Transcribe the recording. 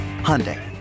Hyundai